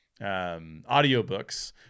audiobooks